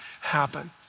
happen